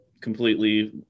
completely